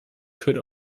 could